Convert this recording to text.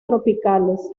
tropicales